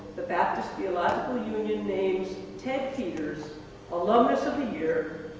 the baptist theological union names ted peters alumnus of the year,